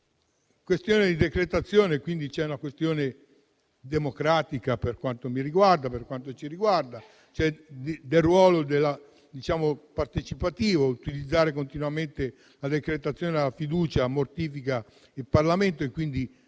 in merito alla decretazione è una questione democratica, per quanto ci riguarda, che inerisce al ruolo partecipativo: utilizzare continuamente la decretazione e la fiducia mortifica il Parlamento e quindi